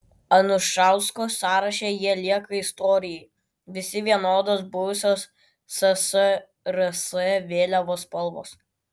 anušausko sąraše jie lieka istorijai visi vienodos buvusios ssrs vėliavos spalvos